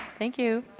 thank you.